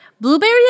Blueberry